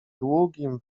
długim